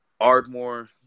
Ardmore